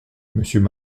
monsieur